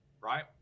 right